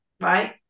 right